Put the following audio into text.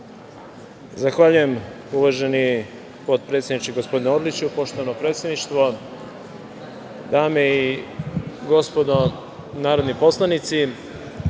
Zahvaljujem, uvaženi potpredsedniče, gospodine Orliću. Poštovano predsedništvo, dame i gospodo narodni poslanici,